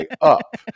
up